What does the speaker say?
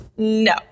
No